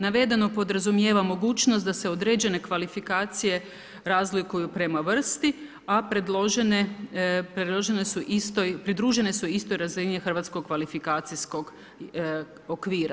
Navedeno podrazumijeva mogućnost, da se određene kvalifikacije razliku prema vrsti, a predložene su, pridružene su istoj razini hrvatskog kvalifikacijskog okvira.